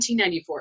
1994